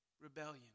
rebellion